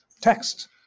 texts